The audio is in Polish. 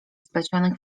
splecionych